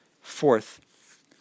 Fourth